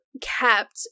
kept